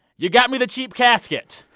you got me the cheap casket.